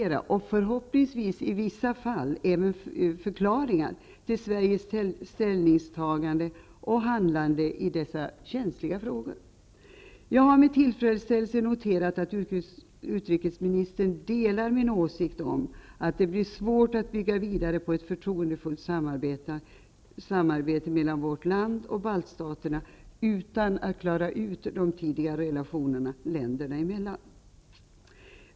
I vissa fall kan det förhoppningsvis också presenteras förklaringar till Sveriges ställningstagande och handlande i dessa känsliga frågor. Jag har med tillfredsställelse noterat att utrikesministern delar min åsikt om att det blir svårt att bygga vidare och ha ett förtroendefullt samarbete mellan vårt land och baltstaterna, om man inte klarar ut de tidigare relationerna länderna emellan.